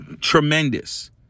Tremendous